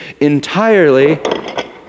entirely